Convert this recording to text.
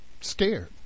scared